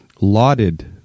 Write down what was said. lauded